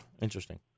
interesting